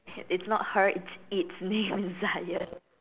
it's not her its name is Zion